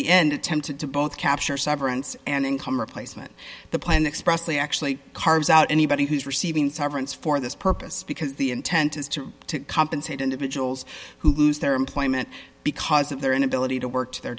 the end tempted to both capture severance and income replacement the plan expressly actually carves out anybody who's receiving severance for this purpose because the intent is to compensate individuals who lose their employment because of their inability to work to their